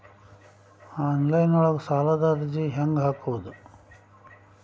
Online ಒಳಗ ಸಾಲದ ಅರ್ಜಿ ಹೆಂಗ್ ಹಾಕುವುದು?